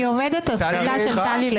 אני עומדת על זכותה של טלי לדבר.